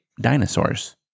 dinosaurs